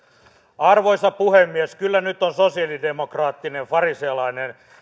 arvoisa puhemies kyllä nyt on sosialidemokraattinen farisealainen